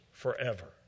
Forever